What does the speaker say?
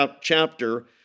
chapter